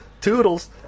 toodles